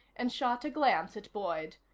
and shot a glance at boyd,